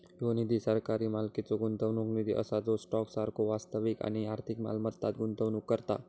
ह्यो निधी सरकारी मालकीचो गुंतवणूक निधी असा जो स्टॉक सारखो वास्तविक आणि आर्थिक मालमत्तांत गुंतवणूक करता